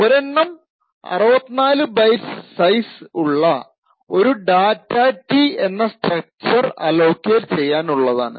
ഒരെണ്ണം 64 bytes size ഉള്ള ഒരു ഡാറ്റാ ടി data T എന്ന സ്ട്രക്ച്ചർ അലോക്കേറ്റ് ചെയ്യാനുള്ളതാണ്